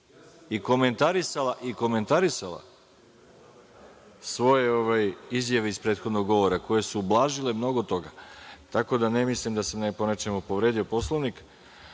i komentarisala svoje izjave iz prethodnog govora, koje su ublažile mnogo toga. Tako da ne mislim da sam povredio Poslovnik.